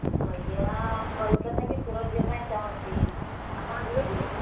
ଆଜ୍ଞା କଲକତା କି ସୁରଟ ଯିବା ପାଇଁ ଚାହୁଁଛି ଆପଣ ଯିବେ କି